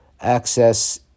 access